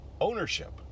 ownership